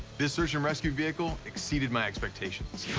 this search and rescue vehicle exceeded my expectations.